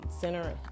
Center